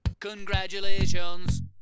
Congratulations